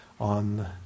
on